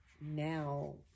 now